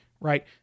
right